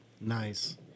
Nice